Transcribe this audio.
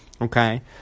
okay